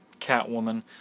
Catwoman